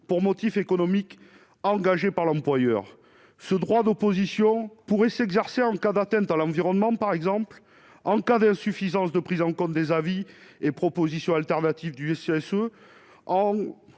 pour motif économique engagée par l'employeur, ce droit d'opposition pourrait s'exercer en cas d'dans l'environnement par exemple en cas d'insuffisance de prise en compte des avis et propositions alternatives du CHU